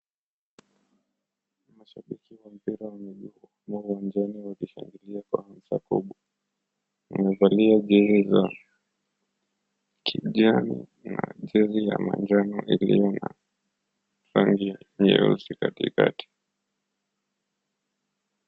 Mashabiki wa mpira wa miguu wamo uwanjani wakishangilia kwa hamsa kubwa. Wamevalia jezi za kijani na jezi ya manjano iliyo na rangi nyeusi katikati.